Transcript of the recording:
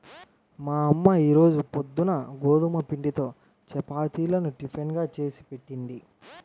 మా అమ్మ ఈ రోజు పొద్దున్న గోధుమ పిండితో చపాతీలను టిఫిన్ గా చేసిపెట్టింది